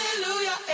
hallelujah